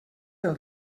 del